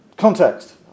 Context